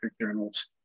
journals